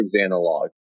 analog